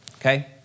okay